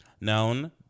known